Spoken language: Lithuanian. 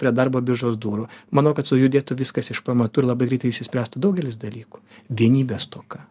prie darbo biržos durų manau kad sujudėtų viskas iš pamatų ir labai greitai išsispręstų daugelis dalykų vienybės stoka